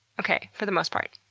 okay, for the most part.